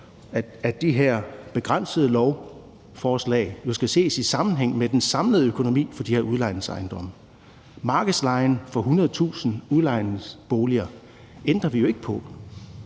at det her begrænsede lovforslag skal ses i sammenhæng med den samlede økonomi for de her udlejningsejendomme. Markedslejen for 100.000 udlejningsboliger ændrer vi jo ikke på,